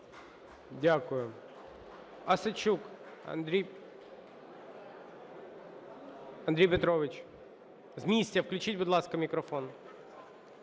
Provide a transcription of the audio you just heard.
Дякую.